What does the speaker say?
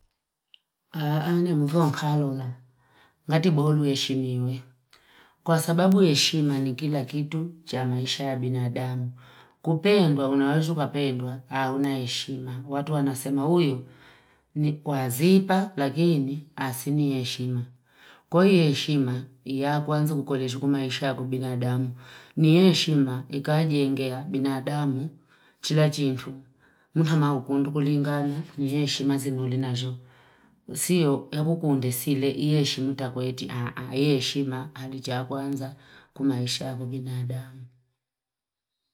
animvo mkari ngati bolu ya shing'weng'we Kwa sababu yeshima ni kila kitu jamaisha ya binadamu. Kupemba, unawoju kapemba, auna yeshima. Watu wanasema uyu ni wazipa, lakini asini yeshima. Koi yeshima, iya kuanzu kukuleshkuma yeshia kubinadamu. Ni yeshima ika haji engea binadamu chila jintu. Mutama ukunduku lingana, ni yeshima zingule na jo. Siyo, ehu kundesile yeshima halijaguanza kuma yeshia kubinadamu.